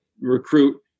recruit